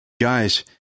Guys